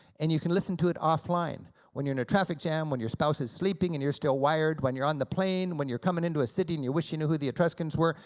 and you can listen to it offline. when you're in a traffic jam, when your spouse is sleeping and you're still wired, when you're on the plane when you're coming into a city and you wish you knew who the etruscans were,